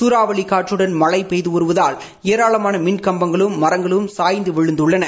சூறாவளி காற்றுடன் மழை பெய்து வருவதால் ஏராளமான மின் கம்பங்களும் மரங்களும் சாய்ந்து விழுந்துள்ளன